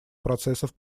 процессов